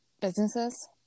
businesses